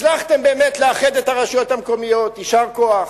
הצלחתם באמת לאחד את הרשויות המקומיות, יישר כוח.